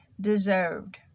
deserved